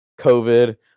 COVID